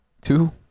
Two